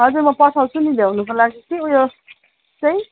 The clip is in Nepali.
हजुर म पठाउँछु नि लिनुको लागि कि उयो चाहिँ